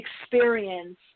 experience